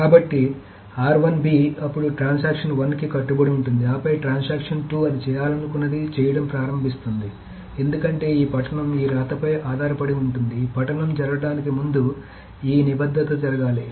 కాబట్టి అప్పుడు ట్రాన్సాక్షన్1 కి కట్టుబడి ఉంటుంది ఆపై ట్రాన్సాక్షన్ 2 అది చేయాలనుకున్నది చేయడం ప్రారంభిస్తుంది ఎందుకంటే ఈ పఠనం ఈ రాత పై ఆధారపడి ఉంటుంది ఈ పఠనం జరగడానికి ముందు ఈ నిబద్ధత జరగాలి